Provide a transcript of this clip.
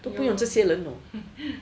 都不用这些人 lor